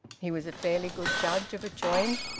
he was a fairly good judge of a joint,